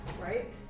right